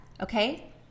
okay